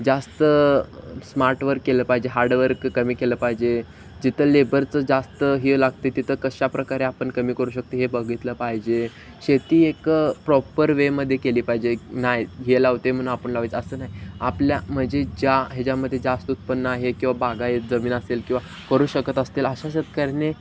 जास्त smart work केलं पाहिजे हार्ड वर्क कमी केलं पाहिजे जिथं लेबरचं जास्त हे लागते तिथं कशा प्रकारे आपण कमी करू शकतो हे बघितलं पाहिजे शेती एक प्रॉपर वेमध्ये केली पाहिजे नाही हे लावते म्हणून आपण लावायचं असं नाही आपल्या म्हणजे ज्या ह्याच्यामध्ये जास्त उत्पन्न आहे किंवा बागायत जमीन असेल किंवा करू शकत असतील अशा शेतकऱ्याने